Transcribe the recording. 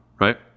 right